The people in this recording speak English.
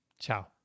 Ciao